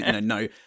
No